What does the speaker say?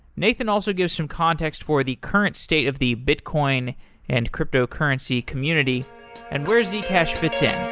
nathan also gives some context for the current state of the bicoin and cryptocurrency community and where zcash fits in